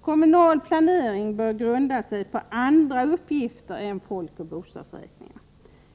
Kommunal planering bör grunda sig på andra uppgifter än folkoch bostadsräkningar.